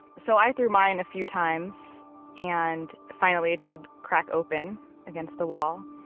so i threw mine a few times and finally, it did crack open against the wall.